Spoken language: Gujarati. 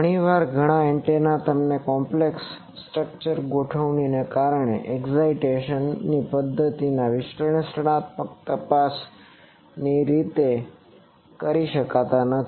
ઘણીવાર ઘણા એન્ટેના તેમના કોમ્પ્લેક્ષ જટિલcomplex સ્ટ્રક્ચરલ ગોઠવણીને કારણે અને એક્સાઈટેશન ઉત્તેજનાexcitation ની પદ્ધતિઓ વિશ્લેષણાત્મક રીતે તપાસ કરી શકાતી નથી